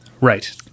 Right